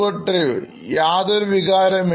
Suprativ യാതൊരു വികാരവും ഇല്ല